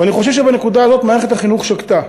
אני חושב שבנקודה הזאת מערכת החינוך שגתה,